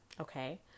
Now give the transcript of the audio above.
Okay